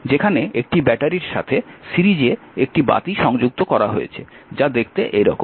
যেখানে একটি ব্যাটারির সাথে সিরিজে একটি বাতি সংযুক্ত করা হয়েছে যা দেখতে এই রকম